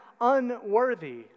unworthy